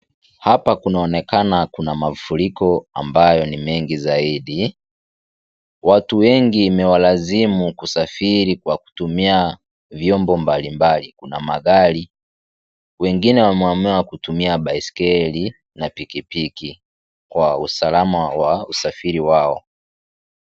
Hapa kunaonekana kunamafuriko ambayo ni mengi zaidi. Watu wengi imewalazimu kusafiri kwa kutumia vyombo mbalimbali, kuna magari, wengine wameamua kutumia baisikeli na pikipiki kwa usalama wa usafiri wao.